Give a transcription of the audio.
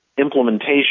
implementation